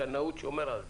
בקנאות שומר על זה.